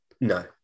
No